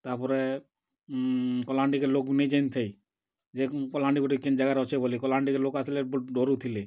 ତା'ର୍ପରେ କଲାହାଣ୍ଡିକେ ଲୋକ୍ ନି ଜାନିଥାଇ ଯେ କଲାହାଣ୍ଡି ଗୁଟେ କେନ୍ ଜାଗାରେ ଅଛେ ବୋଲି କଲାହାଣ୍ଡିକେ ଲୋକ୍ ଆସ୍ଲେ ଡ଼ରୁଥିଲେ